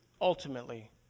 ultimately